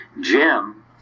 Jim